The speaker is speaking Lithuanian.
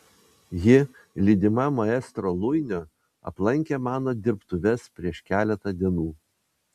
ji lydima maestro luinio aplankė mano dirbtuves prieš keletą dienų